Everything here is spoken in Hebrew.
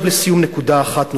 עכשיו, לסיום, נקודה אחת נוספת.